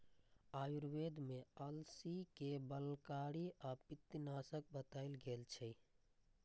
आयुर्वेद मे अलसी कें बलकारी आ पित्तनाशक बताएल गेल छै